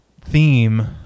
theme